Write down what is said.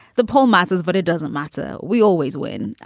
the poll matters, but it doesn't matter. we always win.